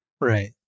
Right